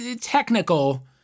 technical